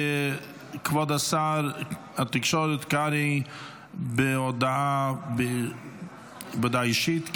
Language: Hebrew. כבוד שר התקשורת קרעי בהודעה אישית.